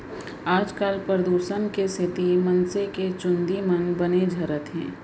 आजकाल परदूसन के सेती मनसे के चूंदी मन बने झरत हें